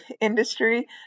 industry